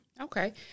Okay